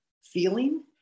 feeling